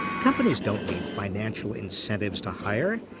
companies don't need financial incentives to hire.